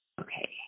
Okay